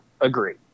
agree